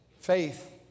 faith